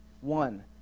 One